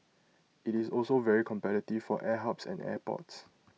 IT is also very competitive for air hubs and airports